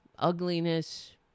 Ugliness